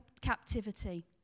captivity